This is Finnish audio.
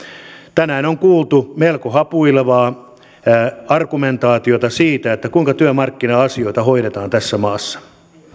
tänään on kuultu melko hapuilevaa argumentaatiota siitä kuinka työmarkkina asioita hoidetaan tässä maassa